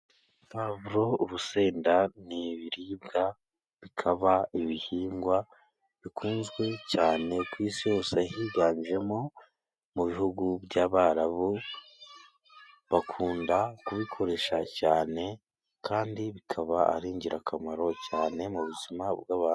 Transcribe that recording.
Puwavuro, urusenda, ni ibiribwa. Bikaba ibihingwa bikunzwe cyane ku isi hose higanjemo mu bihugu by'abarabu. Bakunda kubikoresha cyane, kandi bikaba ari ingirakamaro cyane mu buzima bw'abantu.